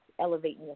elevating